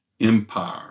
empire